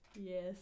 Yes